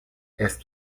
erst